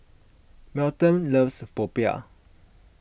Melton loves Popiah